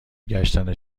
گشتن